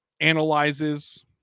analyzes